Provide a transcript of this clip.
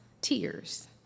tears